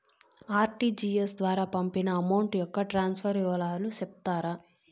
RTGS ద్వారా పంపిన amount యొక్క ట్రాన్స్ఫర్ వివరాలు సెప్తారా